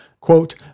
Quote